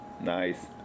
Nice